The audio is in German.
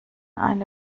eine